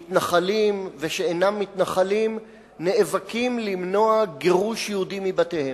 מתנחלים ושאינם מתנחלים נאבקים למנוע גירוש יהודים מבתיהם,